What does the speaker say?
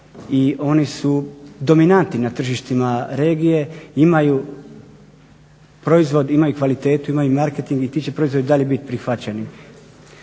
i oni su dominantni na tržištima regiju. Proizvodi imaju kvalitetu, imaju marketing i ti će proizvodi dalje biti prihvaćeni,